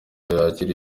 yakira